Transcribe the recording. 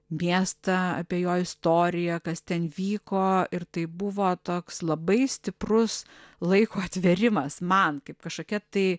miestą apie jo istoriją kas ten vyko ir tai buvo toks labai stiprus laiko atvėrimas man kaip kažkokia tai